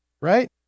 right